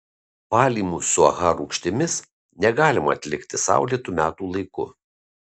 valymų su aha rūgštimis negalima atlikti saulėtu metų laiku